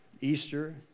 Easter